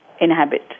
inhabit